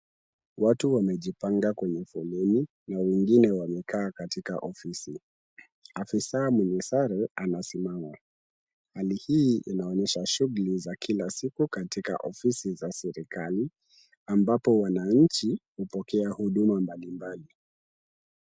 Watu wamejipanga kwenye foleni na wengine wamekaa katika ofisi, afisa mwenye sare anasimama, hali inaonyesha shughuli za kila siku katika ofisi za serikali, ambapo wananchi hupokea huduma mbalimbali.